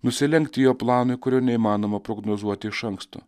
nusilenkti jo planui kurio neįmanoma prognozuoti iš anksto